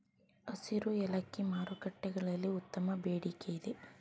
ಹಸಿರು ಏಲಕ್ಕಿ ಮಾರುಕಟ್ಟೆಗಳಲ್ಲಿ ಉತ್ತಮ ಬೇಡಿಕೆಯಿದೆ